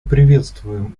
приветствуем